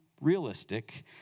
realistic